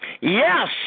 Yes